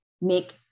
make